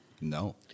No